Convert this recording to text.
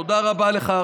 תודה רבה לך,